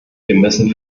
müssen